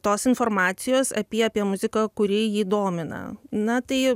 tos informacijos apie apie muziką kuri jį domina na tai